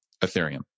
Ethereum